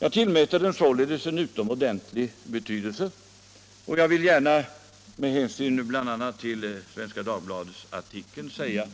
Jag tillmäter den således en utomordentlig betydelse, och jag vill gärna med hänsyn bl.a. till Svenska Dagbladets artikel säga